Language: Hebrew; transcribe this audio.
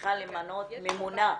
צריכה למנות ממונה.